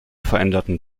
veränderten